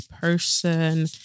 person